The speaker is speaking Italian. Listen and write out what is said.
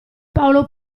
paolo